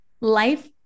life